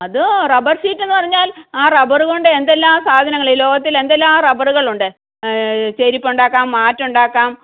അത് rubber sheet എന്ന് പറഞ്ഞാൽ ആ റബ്ബറ് കൊണ്ട് എന്തെല്ലാം സാധനങ്ങൾ ഈ ലോകത്തിൽ എന്തെല്ലാം റബ്ബറ്കൾ ഉണ്ട് ചെരുപ്പ് ഉണ്ടാക്കാം മാറ്റ് ഉണ്ടാക്കാം